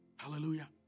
Hallelujah